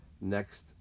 next